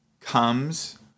comes